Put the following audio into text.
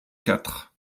quatre